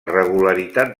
regularitat